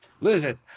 Listen